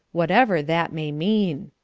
whatever that may mean.